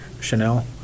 Chanel